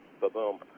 ba-boom